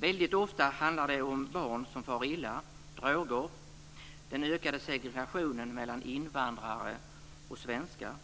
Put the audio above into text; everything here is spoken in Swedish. Väldigt ofta handlar det om barn som far illa, om droger, om den ökade segregationen mellan invandrare och svenskar och om